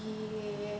be